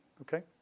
Okay